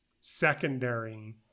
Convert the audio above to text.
secondary